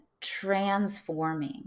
transforming